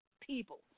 people